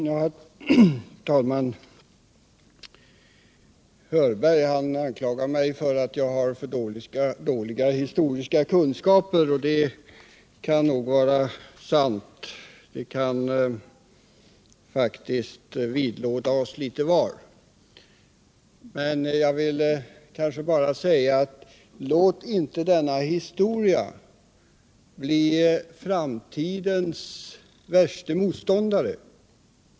Herr talman! Nils Hörberg anklagar mig för att jag har dåliga historiska kunskaper, och detta kan nog vara sant — det är något som faktiskt kan vidlåda oss litet var. Men låt inte historien bli framtidens värste motståndare!